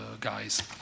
guys